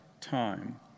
time